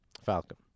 Falcon